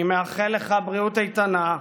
אני מאחל לך בריאות איתנה,